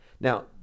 Now